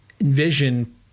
envision